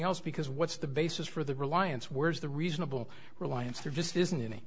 else because what's the basis for the reliance where's the reasonable reliance there just isn't any